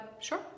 sure